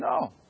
No